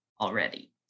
already